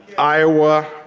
iowa,